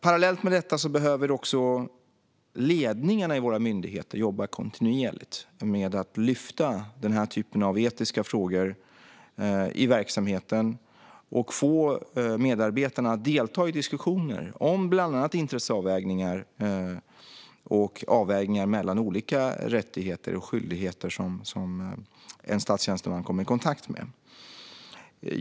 Parallellt med detta behöver också ledningarna i våra myndigheter jobba kontinuerligt med att lyfta denna typ av etiska frågor i verksamheten och få medarbetarna att delta i diskussioner om bland annat intresseavvägningar och avvägningar mellan olika rättigheter och skyldigheter som en statstjänsteman kommer i kontakt med.